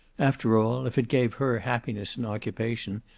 after all, if it gave her happiness and occupation,